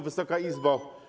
Wysoka Izbo!